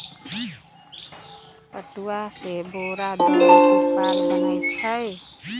पटूआ से बोरा, दरी, तिरपाल बनै छइ